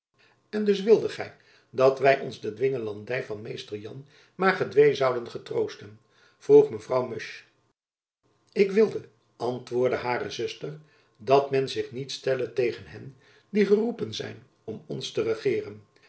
en dus wildet gy dat wy ons de dwingelandy van mr jan maar gedwee zouden getroosten vroeg mevrouw musch ik wilde antwoordde hare zuster dat men zich niet stelde tegen hen die geroepen zijn om ons te regeeren